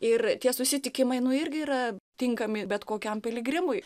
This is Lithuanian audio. ir tie susitikimai nu irgi yra tinkami bet kokiam piligrimui